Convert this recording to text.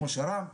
כמו שר"מ,